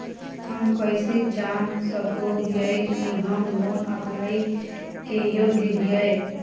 हम कइसे जान सको हियै कि हम लोन अप्लाई के योग्य हियै?